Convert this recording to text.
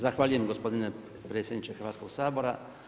Zahvaljujem gospodine predsjedniče Hrvatskog sabora.